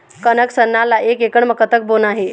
कनक सरना ला एक एकड़ म कतक बोना हे?